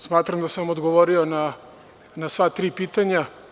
Smatram da sam odgovorio sa sva tri pitanja.